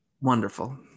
Wonderful